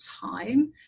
time